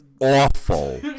awful